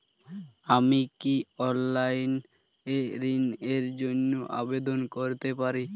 আমি কি অনলাইন এ ঋণ র জন্য আবেদন করতে পারি?